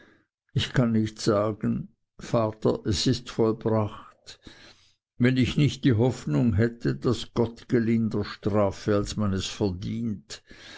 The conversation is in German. ich kann nicht sagen vater es ist vollbracht wenn ich nicht die hoffnung hätte daß gott gelinder strafe als man es verdient